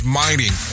mining